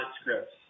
scripts